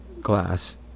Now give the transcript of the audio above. glass